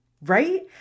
right